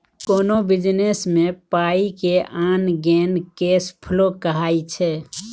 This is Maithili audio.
कोनो बिजनेस मे पाइ के आन गेन केस फ्लो कहाइ छै